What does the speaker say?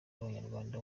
umunyarwanda